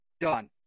Done